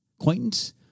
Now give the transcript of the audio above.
acquaintance